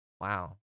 wow